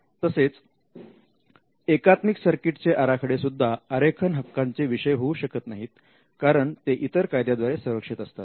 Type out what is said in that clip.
तसेच एकात्मिक सर्किट चे आराखडे सुद्धा आरेखन हक्कांचे विषय होऊ शकत नाहीत कारण ते इतर कायद्याद्वारे संरक्षित असतात